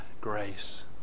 grace